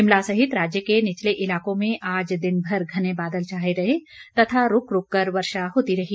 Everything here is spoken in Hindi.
शिमला सहित राज्य के निचले इलाकों में आज दिनभर घने बादल छाए रहे तथा रूक रूक कर वर्षा होती रही